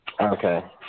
Okay